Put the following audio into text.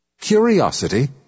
Curiosity